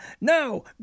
No